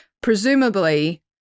presumably